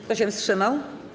Kto się wstrzymał?